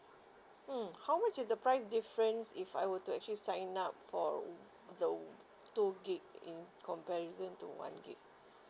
mm how much is the price difference if I were to actually sign up for the two G_B in comparison to one G_B